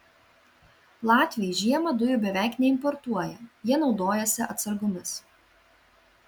latviai žiemą dujų beveik neimportuoja jie naudojasi atsargomis